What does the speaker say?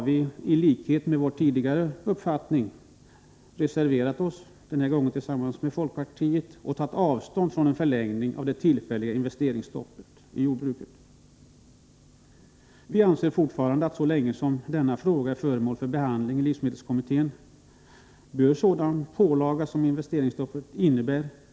I enlighet med vår tidigare uppfattning har vi, denna gång tillsammans med folkpartiet, i en reservation tagit avstånd från en förlängning av det tillfälliga investeringsstoppet i jordbruket. Vi anser fortfarande att en sådan pålaga som investeringsstoppet innebär inte bör belasta jordbruket så länge som denna fråga är föremål för behandling i livsmedelskommittén.